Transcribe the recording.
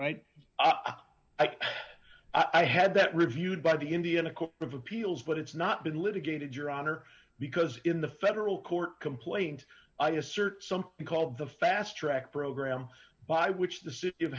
right i've i've i had that reviewed by the indiana cook of appeals but it's not been litigated your honor because in the federal court complaint i assert something called the fast track program by which the city of